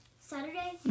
Saturday